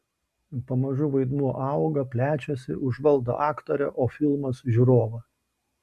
pamažu vaidmuo auga plečiasi užvaldo aktorę o filmas žiūrovą